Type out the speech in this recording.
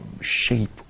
shape